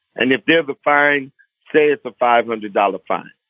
and if they have a fine say it's a five hundred dollar fine.